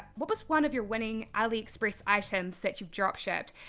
what was one of your winning aliexpress items that you've drop shipped,